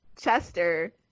Chester